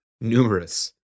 Numerous